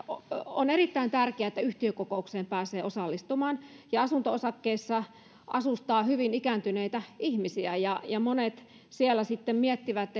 on erittäin tärkeää että yhtiökokoukseen pääsee osallistumaan ja kun asunto osakkeissa asustaa hyvin ikääntyneitä ihmisiä ja ja monet siellä sitten miettivät